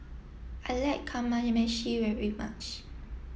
I like Kamameshi very much